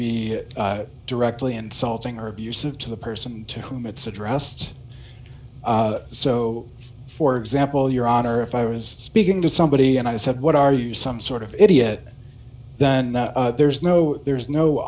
be directly insulting or abusive to the person to whom it's addressed so for example your honor if i was speaking to somebody and i said what are you some sort of idiot then there's no there's no